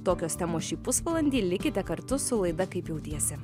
tokios temos šį pusvalandį likite kartu su laida kaip jautiesi